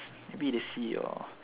maybe they see your